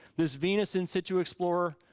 this venus in situ explorer,